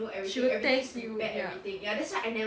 she'll test you ya